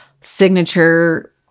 signature